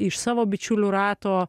iš savo bičiulių rato